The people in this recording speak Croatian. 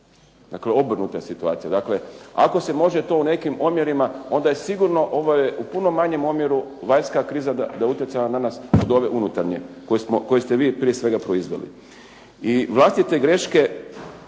Dakle, obrnuta situacija. Dakle, ako se to može u nekim omjerima, onda je sigurno ovo je u puno manjem omjer, vanjska kriza da je utjecala na nas od ove unutarnje koju ste vi prije svega proizveli. I vlastite greške